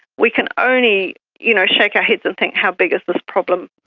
we can only you know shake our heads and think how big is this problem?